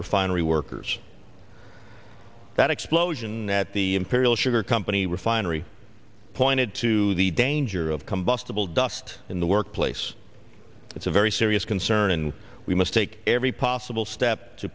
refinery workers that explosion at the imperial sugar company refinery pointed to the danger of combustible dust in the workplace it's a very serious concern and we must take every possible step to